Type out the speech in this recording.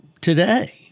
today